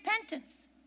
repentance